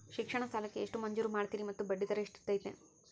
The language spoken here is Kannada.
ಶಿಕ್ಷಣ ಸಾಲಕ್ಕೆ ಎಷ್ಟು ಮಂಜೂರು ಮಾಡ್ತೇರಿ ಮತ್ತು ಬಡ್ಡಿದರ ಎಷ್ಟಿರ್ತೈತೆ?